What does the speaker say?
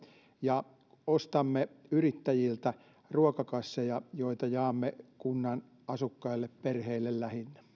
ostamme myöskin yrittäjiltä ruokakasseja joita jaamme kunnan asukkaille lähinnä perheille